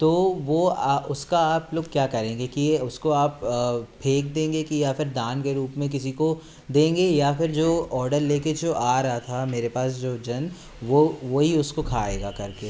तो वो उसका आप लोग क्या करेंगे कि ये उसको आप फेंक देंगे कि या फिर दान के रूप में किसी को देंगे या फिर जो ऑडर लेके जो आ रहा था मेरे पास जो जन वो वो ही उसको खाएगा करके